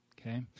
okay